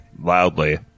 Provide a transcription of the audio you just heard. loudly